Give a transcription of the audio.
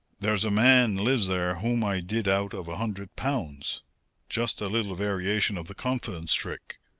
there's a man lives there whom i did out of a hundred pounds just a little variation of the confidence trick.